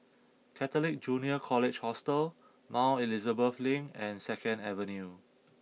Catholic Junior College Hostel Mount Elizabeth Link and Second Avenue